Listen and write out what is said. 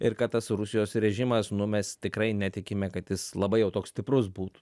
ir kad tas rusijos režimas nu mes tikrai netikime kad jis labai jau toks stiprus būtų